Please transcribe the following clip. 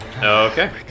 okay